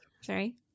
Sorry